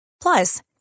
Plus